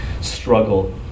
struggle